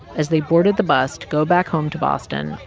as they boarded the bus to go back home to boston,